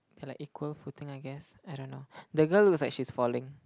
they are like equal footing I guess I don't know the girl looks like she's falling